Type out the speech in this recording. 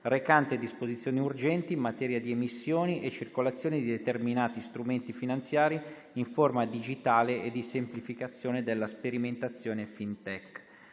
recante disposizioni urgenti in materia di emissioni e circolazione di determinati strumenti finanziari in forma digitale e di semplificazione della sperimentazione FinTech"